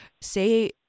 say